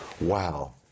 Wow